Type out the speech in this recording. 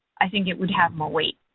i think it would have more weight.